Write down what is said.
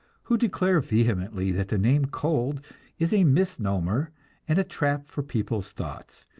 who declare vehemently that the name cold is a misnomer and a trap for people's thoughts.